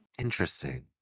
Interesting